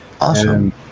awesome